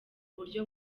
buryo